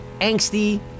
angsty